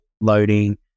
loading